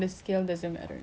exercise freak